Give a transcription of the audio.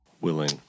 willing